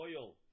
oil